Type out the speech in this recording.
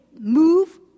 move